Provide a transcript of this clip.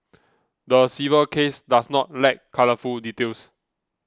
the civil case does not lack colourful details